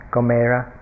Gomera